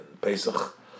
Pesach